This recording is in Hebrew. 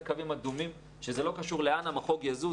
קווים אדומים ולא קשור לאן המחוג יזוז.